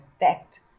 effect